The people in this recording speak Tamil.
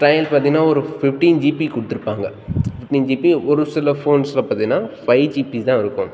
ட்ரையல் பார்த்தீங்கன்னா ஒரு ஃபிஃப்டின் ஜிபி கொடுத்துருப்பாங்க இத்தனை ஜிபி ஒரு சில ஃபோன்ஸ்சில் பார்த்தீன்னா ஃபைவ் ஜிபி தான் இருக்கும்